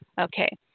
Okay